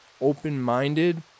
Open-minded